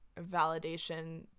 validation